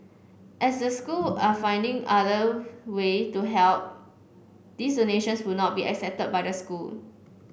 as the school are finding other way to help these donations would not be accepted by the school